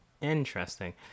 interesting